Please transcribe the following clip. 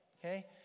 Okay